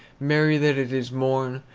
merry that it is morn,